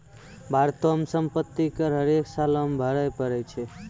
भारतो मे सम्पति कर हरेक सालो मे भरे पड़ै छै